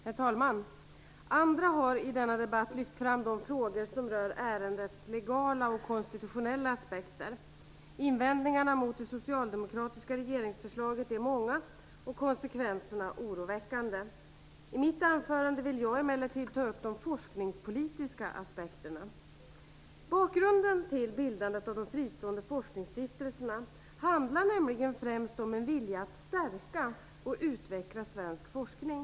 Herr talman! Andra har i denna debatt lyft fram de frågor som rör ärendets legala och konstitutionella aspekter. Invändningarna mot det socialdemokratiska regeringsförslaget är många, och konsekvenserna oroväckande. I mitt anförande vill jag emellertid ta upp de forskningspolitiska aspekterna. Bakgrunden till bildandet av de fristående forskningsstiftelserna handlar nämligen främst om en vilja att stärka och utveckla svensk forskning.